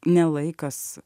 ne laikas